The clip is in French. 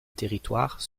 territoire